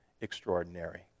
extraordinary